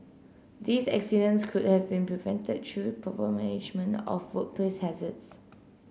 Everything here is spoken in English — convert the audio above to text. these accidents could have been prevented through proper management of workplace hazards